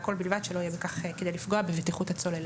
והכול ובלבד שלא יהיה בכך כדי לפגוע בבטיחות הצוללים.